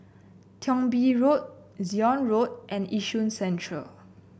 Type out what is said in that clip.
Thong Bee Road Zion Road and Yishun Central